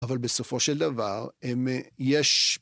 אבל בסופו של דבר הם, יש